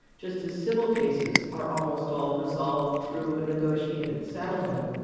just as civil cases are almost all resolved through a negotiated settlement.